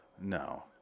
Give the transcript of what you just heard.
No